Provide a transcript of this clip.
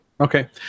okay